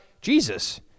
Jesus